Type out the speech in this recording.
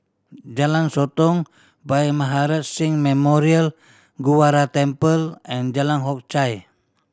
Jalan Sotong Bhai Maharaj Singh Memorial Gurdwara Temple and Jalan Hock Chye